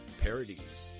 Parodies